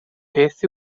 beth